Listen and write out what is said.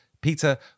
Peter